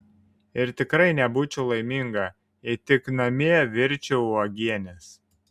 ir tikrai nebūčiau laiminga jei tik namie virčiau uogienes